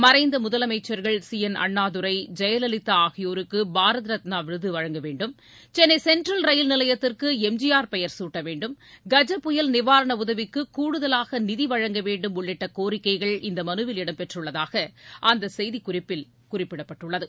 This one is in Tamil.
மறைந்த முதலமைச்சர்கள் சி என் அண்ணாதுரை ஜெயலலிதா ஆகியோருக்கு பாரத் ரத்னா விருது வழங்க வேண்டும் சென்னை சென்ட்ரல் ரயில் நிலையத்திற்கு எம்ஜிஆர் பெயர் குட்ட வேண்டும் கஜ புயல் நிவாரண உதவிக்கு கூடுதலாக நிதி வழங்க வேண்டும் உள்ளிட்ட கோரிக்கைகள் இந்த மனுவில் இடம்பெற்றுள்ளதாக அந்த செய்திக்குறிப்பில் குறிப்பிடப்பட்டுள்ளது